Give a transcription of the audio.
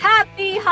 Happy